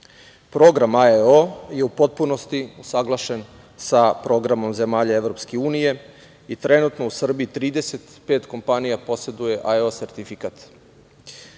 godine. Program AEO je u potpunost usaglašen sa programom zemalja EU i trenutno u Srbiji 35 kompanija poseduje AEO sertifikat.